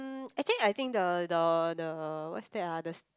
mm actually I think the the the what's that ah the